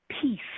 peace